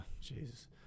Jesus